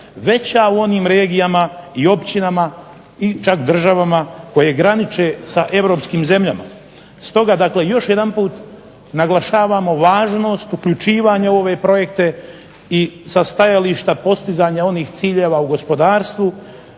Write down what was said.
veća u onim regijama i općinama i čak državama koje graniče sa europskim zemljama. Stoga dakle još jedanput naglašavamo važnost uključivanja u ove projekte i sa stajališta postizanja onih ciljeva u gospodarstvu